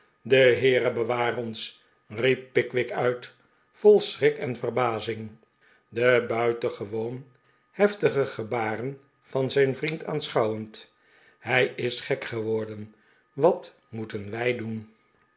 de heere beware ons riep pickwick uit vol schrik en verbazing de buitengewoon heftige gebaren van zijn vriend aanschouwend hij is gek geworden wat moeten wij doen